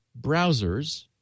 browsers